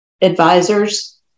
advisors